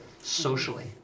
socially